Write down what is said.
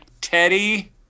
Teddy